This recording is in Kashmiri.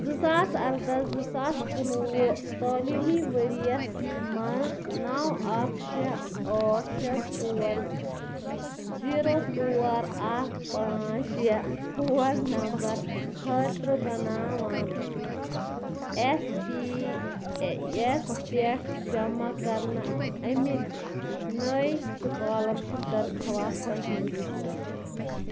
زٕ ساس ارداہ زٕ ساس کُنوُہ تٲلیٖمی ورۍ یَس مَنٛز نو اکھ شےٚ ٲٹھ شےٚ ژور زیٖرو ژور اکھ پانٛژھ شےٚ فون نمبر خٲطرٕ بناوان ایس پی یَس پٮ۪ٹھ جمع کرنہٕ آمٕتۍ نٔے سُکالرشِپ درخواستن ہُنٛد لسٹ